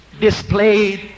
displayed